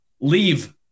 leave